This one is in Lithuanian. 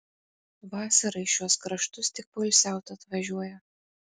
vasarą į šiuos kraštus tik poilsiaut atvažiuoja